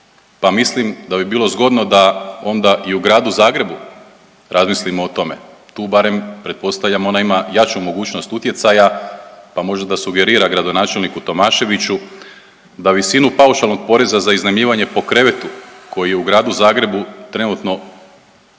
mislim da bi bilo zgodno da onda i u Gradu Zagrebu razmislimo o tome, tu barem pretpostavljam ona ima jaču mogućnost utjecaja, pa možda da sugerira gradonačelniku Tomaševiću da visinu paušalnog poreza za iznajmljivanje po krevetu koji je u Gradu Zagrebu trenutno